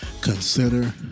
Consider